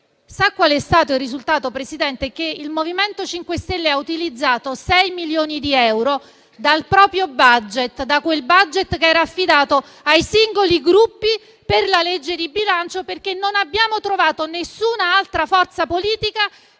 Presidente, il risultato è stato che il MoVimento 5 Stelle ha utilizzato 6 milioni di euro dal proprio *budget*, che era affidato ai singoli Gruppi per la legge di bilancio, perché non abbiamo trovato nessuna altra forza politica